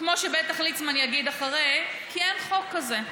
כמו שבטח ליצמן יגיד אחריי, כי אין חוק כזה.